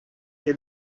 che